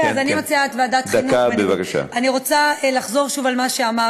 אני רוצה לחזור שוב על מה שאמרתי,